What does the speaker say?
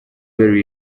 bale